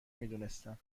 میدونستم